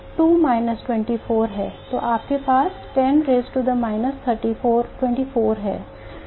तो आपके पास 10 raised to minus 24 है